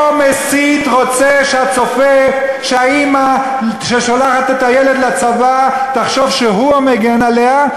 אותו מסית רוצה שהאימא ששולחת את הילד לצבא תחשוב שהוא המגן עליה,